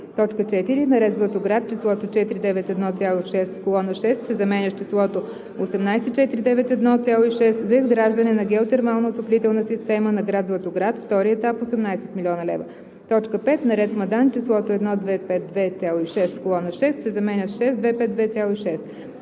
Късак; 4. на ред Златоград числото „491,6“ в колона 6 се заменя с числото „18 491,6“ – за изграждане на геотермална отоплителна система на гр. Златоград – втори етап – 18 млн. лв.; 5. на ред Мадан числото „1 252,6“ в колона 6 се заменя с „6 252,6“;